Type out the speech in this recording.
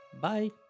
bye